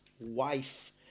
wife